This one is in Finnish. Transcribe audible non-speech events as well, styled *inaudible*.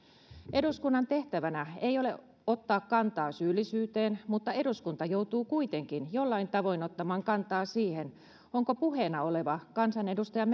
eduskunnan tehtävänä ei ole ottaa kantaa syyllisyyteen mutta eduskunta joutuu kuitenkin jollain tavoin ottamaan kantaa siihen onko puheena oleva kansanedustajan *unintelligible*